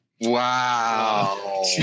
Wow